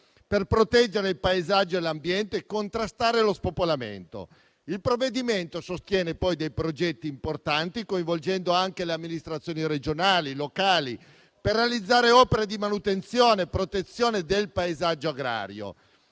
per proteggere il paesaggio e l'ambiente e contrastare lo spopolamento. Il provvedimento sostiene, poi, dei progetti importanti, coinvolgendo anche le amministrazioni regionali e locali per realizzare opere di manutenzione e protezione del paesaggio agrario.